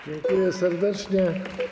Dziękuję serdecznie.